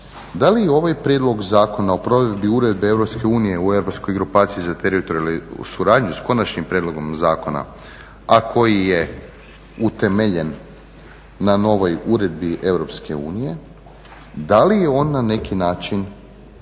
da li je ovaj Prijedlog zakona o provedbi uredbe EU u Europskoj grupaciji za teritorijalnu suradnju s konačnim prijedlogom zakona, a koji je utemeljen na novoj uredbi EU, da li je on na neki način